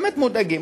ובאמת מודאגים,